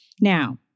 Now